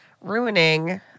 ruining